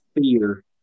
fear